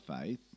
faith